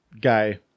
guy